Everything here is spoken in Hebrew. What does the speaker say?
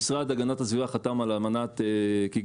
המשרד להגנת הסביבה חתם על אמנת קיגאלי